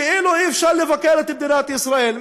כאילו אי-אפשר לבקר את מדינת ישראל.